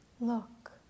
Look